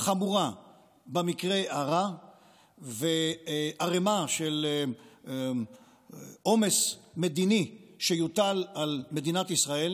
חמורה במקרה הרע וערימה של עומס מדיני שיוטל על מדינת ישראל